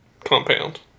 compound